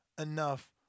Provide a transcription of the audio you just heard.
enough